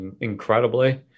incredibly